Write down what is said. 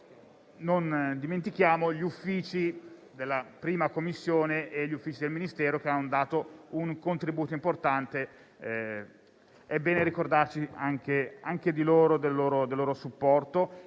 senza dimenticare gli uffici della 1a Commissione e del Ministero, che hanno dato un contributo importante; è bene ricordarsi anche di loro e del loro supporto,